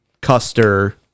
Custer